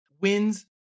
wins